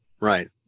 right